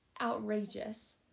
outrageous